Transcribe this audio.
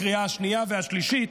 לקריאה השנייה והשלישית,